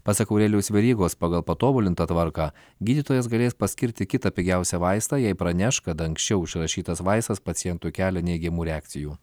pasak aurelijaus verygos pagal patobulintą tvarką gydytojas galės paskirti kitą pigiausią vaistą jei praneš kad anksčiau išrašytas vaistas pacientui kelia neigiamų reakcijų